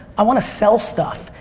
i want to sell stuff.